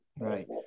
Right